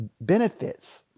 benefits